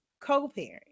co-parent